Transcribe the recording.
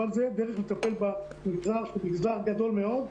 אבל זו הדרך לטפל במגזר גדול מאוד,